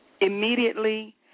immediately